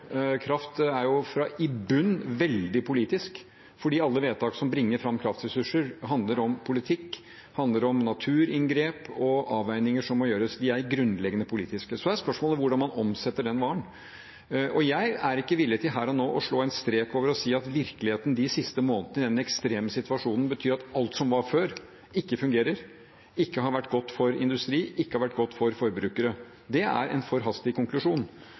Kraft er i bunnen veldig politisk, for alle vedtak som bringer fram kraftressurser, handler om politikk og om naturinngrep, og de avveiningene som må gjøres, er grunnleggende politiske. Så er spørsmålet hvordan man omsetter den varen, og jeg er ikke villig til her og nå å slå en strek over og si at virkeligheten de siste månedene i denne ekstreme situasjonen betyr at alt som var før, ikke fungerer, at det ikke har vært godt for industri, ikke har vært godt for forbrukere. Det er en for hastig konklusjon.